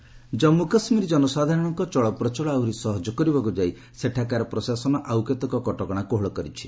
JK situation Jammu Kashmir ଜନସାଧାରଣଙ୍କ ଚଳପ୍ରଚଳ ଆହୁରି ସହଜ କରିବାକୁ ଯାଇ ସେଠାକାର ପ୍ରଶାସନ ଆଉ କେତେକ କଟକଣା କୋହଳ କରିଛି